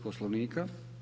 Poslovnika.